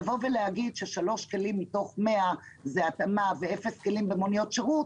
לבוא ולומר ששלוש מתוך 100 זאת התאמה ואפס כלים במוניות שירות,